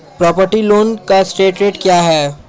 Property loan का interest rate क्या है?